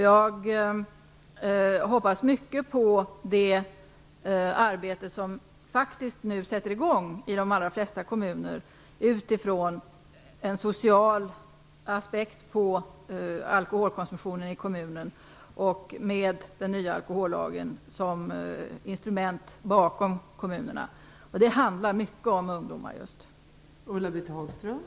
Jag hoppas mycket på det arbete som nu sätter i gång i de allra flesta kommuner med en social aspekt på alkoholkonsumtionen och med den nya alkohollagen som instrumentet bakom. Det handlar mycket just om ungdomar.